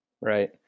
Right